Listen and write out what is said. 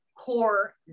core